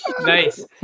nice